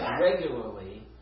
regularly